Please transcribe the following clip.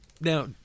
Now